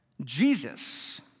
Jesus